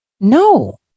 No